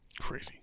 Crazy